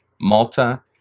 Malta